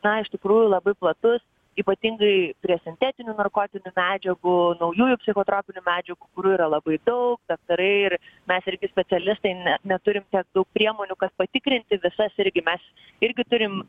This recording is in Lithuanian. na iš tikrųjų labai platus ypatingai prie sintetinių narkotinių medžiagų naujųjų psichotropinių medžiagų kurių yra labai daug daktarai ir mes irgi specialistai ne neturim tiek daug priemonių kad patikrinti visas irgi mes irgi turim